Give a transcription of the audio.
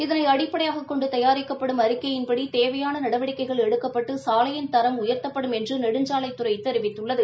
இதனை அடிப்படையாகக் கொண்டு தயாரிக்கப்படும் அறிக்கையின்படி தேவையான நடவடிக்கைகள் எடுக்கப்பட்டு சாலையின் தரம் உயர்த்தப்படும் எனறு நெடுஞ்சாலைத்துறை தெரிவித்துள்ளது